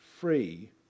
free